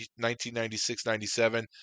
1996-97